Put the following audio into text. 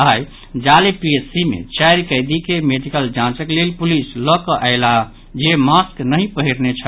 आई जाले पीएचसी मे चारि कैदी के मेडिकल जांचक लेल पुलिस लऽ कऽ आयलाह जे मास्क नहि पहिरने छल